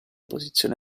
posizione